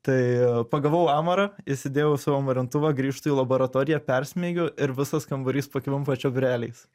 tai pagavau amarą įsidėjau į savo marintuvą grįžtu į laboratoriją persmeigiu ir visas kambarys pakvimpa čiobreliais